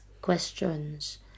questions